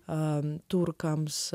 a turkams